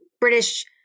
British